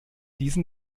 diesen